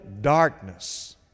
darkness